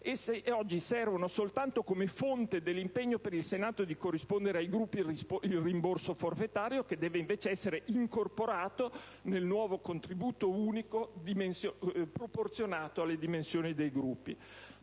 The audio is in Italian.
oggi servono soltanto come fonte dell'impegno per il Senato di corrispondere ai Gruppi il rimborso forfetario, che deve essere invece incorporato nel nuovo contributo unico proporzionato alle dimensioni dei Gruppi.